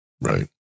Right